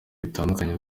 bitandukanye